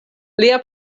lia